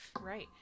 Right